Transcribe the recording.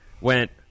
went